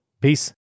Peace